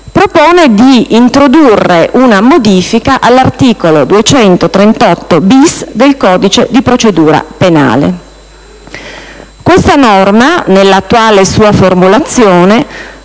infatti di introdurre una modifica all'articolo 238*-bis* del codice di procedura penale. Questa norma, nella sua attuale formulazione,